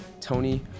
Tony